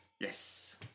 Yes